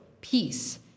peace